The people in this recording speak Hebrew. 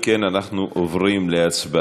אם כן, אנחנו עוברים להצבעה.